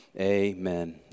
Amen